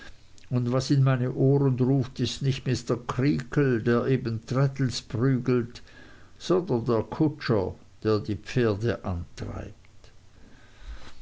und was in meine ohren ruft ist nicht mr creakle der eben traddles prügelt sondern der kutscher der die pferde antreibt